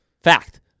Fact